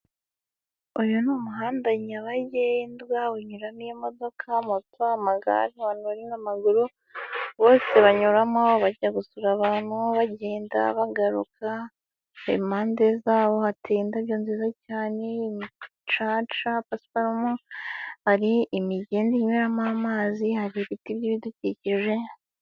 Uyu ni umuhanda nyabagendwa, unyuramo: imodoka, moto, amagare, abantu n'amaguru, bose banyuramo bajya gusura abantu bagenda bagaruka, impande zabo hateye indabyo nziza cyane, umucaca, pasiparumu, hari imigenda inyuramo amazi, hari ibiti by'ibidukikije.